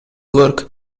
work